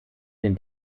den